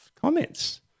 comments